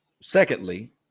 Secondly